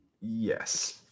Yes